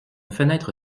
fenêtre